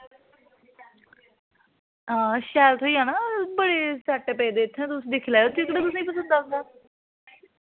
हां शैल थ्होई जाना बड़े सैट्ट पेदे इत्थै तुस दिक्खी लैओ जेह्कड़ा तुसें पसंद औंदा